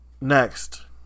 Next